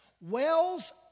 wells